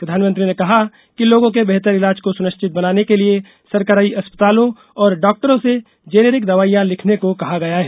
प्रधानमंत्री ने कहा कि लोगों के बेहतर इलाज को सुनिश्चित बनाने के लिए सरकारी अस्प तालों और डॉक्टरों से जेनरिक दवाइयां लिखने को कहा गया है